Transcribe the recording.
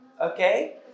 Okay